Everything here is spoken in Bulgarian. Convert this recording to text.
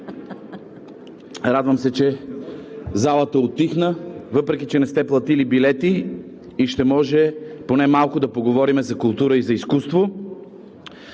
Радвам се, че залата утихна, въпреки че не сте платили билети и ще може поне малко да поговорим за култура и за изкуство.